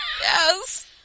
Yes